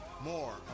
More